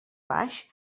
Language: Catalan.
baix